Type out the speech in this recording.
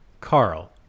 Carl